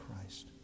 Christ